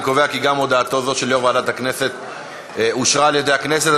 אני קובע כי גם הודעה זו של יושב-ראש ועדת הכנסת אושרה על-ידי הכנסת.